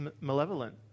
malevolent